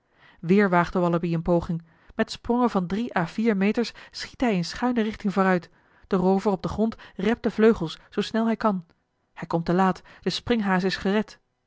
waagt de wallabie eene poging met sprongen van drie à vier meters schiet hij in schuine richting vooruit de roover op den grond rept de vleugels zoo snel hij kan hij komt te laat de springhaas is gered